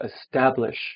establish